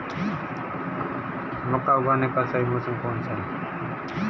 मक्का उगाने का सही मौसम कौनसा है?